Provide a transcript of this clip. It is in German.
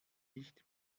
nicht